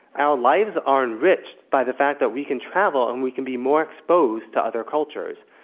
our lives are enriched by the fact that we can travel, and we can be more exposed to other cultures.